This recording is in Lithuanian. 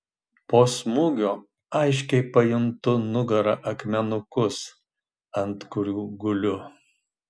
po smūgio aiškiai pajuntu nugara akmenukus ant kurių guliu